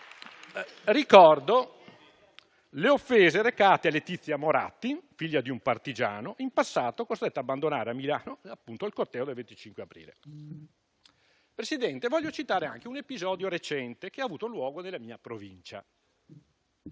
Ricordo le offese arrecate a Letizia Moratti, figlia di un partigiano, in passato costretta ad abbandonare, a Milano, il corteo del 25 aprile. Signor Presidente, voglio anche citare un episodio recente, che ha avuto luogo nella mia provincia.